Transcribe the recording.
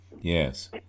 Yes